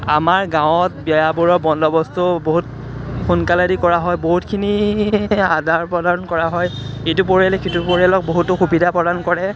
আমাৰ গাঁৱত বিয়াবোৰৰ বন্দবস্তু বহুত সোনকালেদি কৰা হয় বহুতখিনি আদান প্ৰদান কৰা হয় ইটো পৰিয়ালে সিটো পৰিয়ালক বহুতো সুবিধা প্ৰদান কৰে